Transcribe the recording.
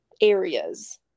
areas